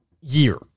year